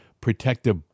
protective